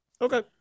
okay